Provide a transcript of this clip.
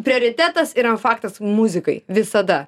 prioritetas yra faktas muzikai visada